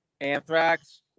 Anthrax